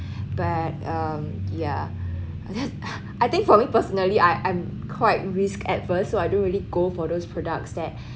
but um yeah I think for me personally I I'm quite risk adverse so I don't really go for those products that